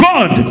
God